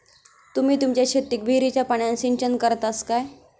तुम्ही तुमच्या शेतीक विहिरीच्या पाण्यान सिंचन करतास काय?